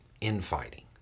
infighting